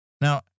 Now